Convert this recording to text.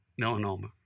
melanoma